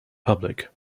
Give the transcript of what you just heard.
public